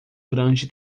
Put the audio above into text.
grande